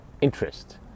interest